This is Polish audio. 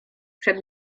przed